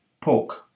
pork